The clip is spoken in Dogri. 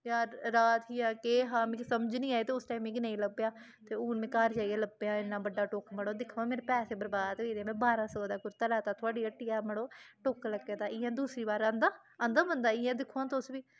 यार रात ही जां केह् हा मिकी समझ नी आई ते उस टाइम मिकी नेईं लब्भेआ ते हून मिगी घर जाइयै लब्भेआ इ'न्ना बड्डा टुक्क मड़ो दिक्खो हां मेरे पैसे बरबाद होई गेदे में बारां सौ दा कुर्ता लैता थोआढ़ी हट्टिया मड़ो टुक्क लग्गे दा इ'यां दूसरी बार आंदा आंदा बंदा इ'यां दिक्खो हां तुस बी